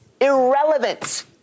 irrelevant